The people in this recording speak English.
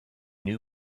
new